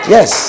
Yes